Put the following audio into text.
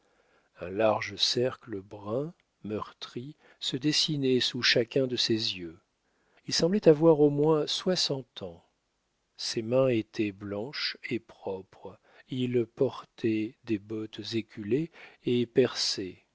un large cercle brun meurtri se dessinait sous chacun de ses yeux il semblait avoir au moins soixante ans ses mains étaient blanches et propres il portait des bottes éculées et